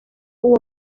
uwo